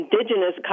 indigenous